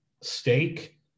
steak